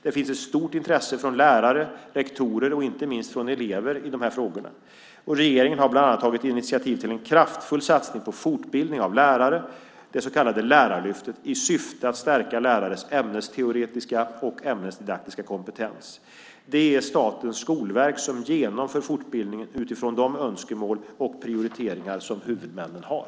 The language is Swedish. Det finns ett stort intresse från lärare, rektorer och inte minst från elever i frågor som dessa. Regeringen har bland annat tagit initiativ till en kraftfull satsning på fortbildning av lärare, det så kallade Lärarlyftet, i syfte att stärka lärares ämnesteoretiska och ämnesdidaktiska kompetens. Det är Statens skolverk som genomför fortbildningen utifrån de önskemål och prioriteringar som huvudmännen har.